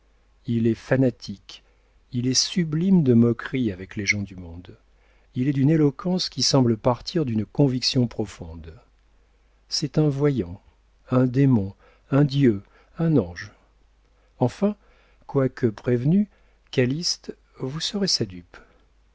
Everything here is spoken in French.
il est fanatique il est sublime de moquerie avec les gens du monde il est d'une éloquence qui semble partir d'une conviction profonde c'est un voyant un démon un dieu un ange enfin quoique prévenu calyste vous serez sa dupe